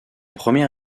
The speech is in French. premier